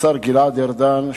השר גלעד ארדן,